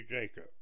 jacob